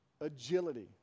agility